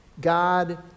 God